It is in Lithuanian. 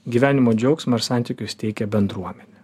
gyvenimo džiaugsmą ir santykius teikia bendruomenė